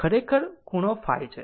ખરેખર આ ખૂણો ϕછે